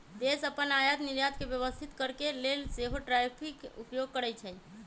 देश अप्पन आयात निर्यात के व्यवस्थित करके लेल सेहो टैरिफ के उपयोग करइ छइ